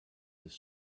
this